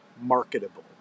marketable